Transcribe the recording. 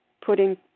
putting